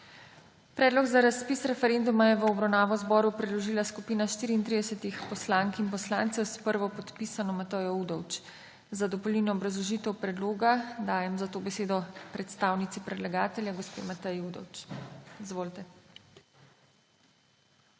Predlog za razpis referenduma je v obravnavo Državnemu zboru predložila skupina 34 poslank in poslancev s prvopodpisano Matejo Udovč. Za dopolnilno obrazložitev predloga dajem zato besedo predstavnici predlagatelja gospe Mateji Udovč. Izvolite.